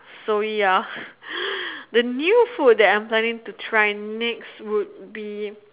so ya the new food I'm planning to try next would be